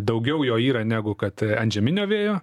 daugiau jo yra negu kad antžeminio vėjo